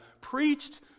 preached